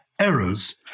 Errors